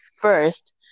first